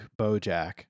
Bojack